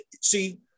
see